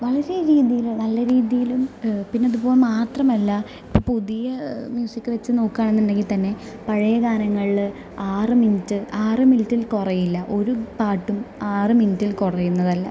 വളരെ രീതിയിൽ നല്ല രീതിയി ലും പിന്നെ അത് പോലെ മാത്രമല്ല ഇപ്പം പുതിയ മ്യൂസിക്ക് വച്ച് നോക്കുക ആണെന്നുണ്ടെങ്കിൽ തന്നെ പഴയ ഗാനങ്ങളിൽ ആറ് മിനിറ്റ് ആറ് മിനിറ്റിൽ കുറയില്ല ഒരു പാട്ടും ആറ് മിനിറ്റിൽ കുറയുന്നതല്ല